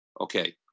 okay